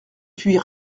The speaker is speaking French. puis